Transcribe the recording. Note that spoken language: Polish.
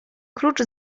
klucz